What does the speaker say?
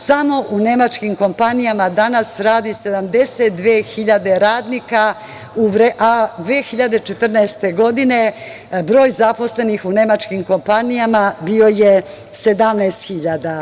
Samo u nemačkim kompanijama danas radi 72.000 radnika, a 2014. godine broj zaposlenih u nemačkim kompanijama bio je 17.000.